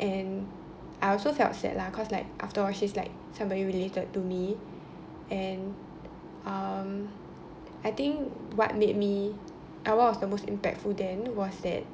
and I also felt sad lah cause like after all she's like somebody related to me and um I think what made me uh what was the most impactful then was that